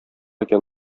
икән